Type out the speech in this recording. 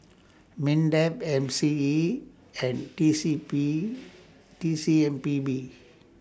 Mindef M C E and T C P T C M P B